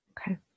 okay